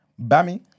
Bami